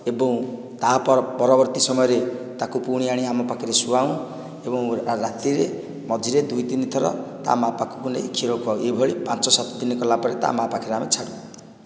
ଏବଂ ତା' ପରବର୍ତ୍ତୀ ସମୟରେ ତାକୁ ପୁଣି ଆଣି ଆମ ପାଖରେ ସୁଆଉଁ ଏବଂ ରାତିରେ ମଝିରେ ଦୁଇ ତିନି ଥର ତା ମାଁ ପାଖକୁ ନେଇ କ୍ଷୀର ଖୁଆଉ ଏଭଳି ପାଞ୍ଚ ସାତ ଦିନ କଲା ପରେ ତା ମାଁ ପାଖରେ ଆମେ ଛାଡ଼ୁ